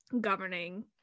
governing